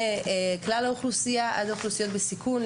מכלל האוכלוסייה עד לאוכלוסיות בסיכון,